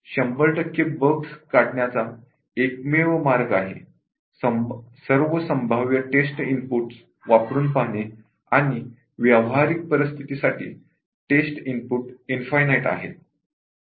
100 टक्के बग काढण्याचा एकमेव मार्ग म्हणजे सर्व संभाव्य टेस्ट इनपुट वापरून पाहणे आणि व्यावहारिक परिस्थितीसाठी टेस्ट इनपुट इनफायनाइट आहेत